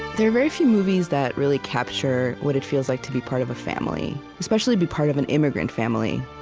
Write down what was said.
there are very few movies that really capture what it feels like to be part of a family especially, to be part of an immigrant family.